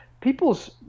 people's